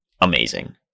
amazing